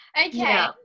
okay